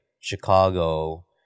Chicago